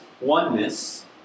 oneness